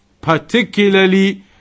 particularly